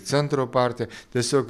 centro partija tiesiog